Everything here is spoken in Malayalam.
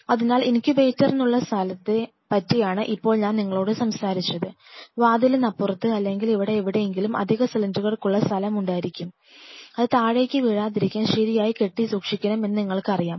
അതിനാൽ ഇൻകുബേറ്ററിനുള്ള സ്ഥലങ്ങളെ പറ്റിയാണ് ഇപ്പോൾ ഞാൻ നിങ്ങളോട് സംസാരിച്ചത് വാതിലിനപ്പുറത്ത് അല്ലെങ്കിൽ ഇവിടെ എവിടെയെങ്കിലും അധിക സിലിണ്ടറുകൾക്കുള്ള സ്ഥലം ഉണ്ടായിരിക്കും അത് താഴേക്ക് വീഴാതിരിക്കാൻ ശരിയായി കെട്ടി സൂക്ഷിക്കണം എന്ന് നിങ്ങൾക്കറിയാം